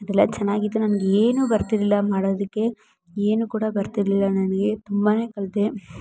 ಅದೆಲ್ಲ ಚೆನ್ನಾಗಿತ್ತು ನನ್ಗೆ ಏನೂ ಬರ್ತಿರಲಿಲ್ಲ ಮಾಡೋದಕ್ಕೆ ಏನು ಕೂಡ ಬರ್ತಿರಲಿಲ್ಲ ನನಗೆ ತುಂಬಾ ಕಲಿತೆ